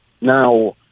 now